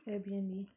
airbnb